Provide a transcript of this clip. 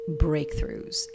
breakthroughs